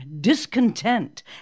discontent